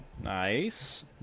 Nice